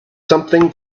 something